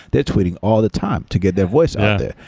they're tweeting all the time to get their voice out there,